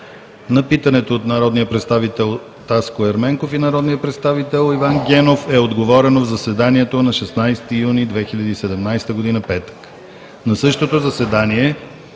На питането от народния представител Таско Ерменков и народния представител Иван Генов е отговорено в заседанието на 16 юни 2017 г., – петък. На същото заседание